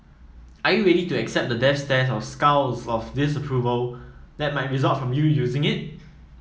are you ready to accept the death stares or scowls of disapproval that might result from you using it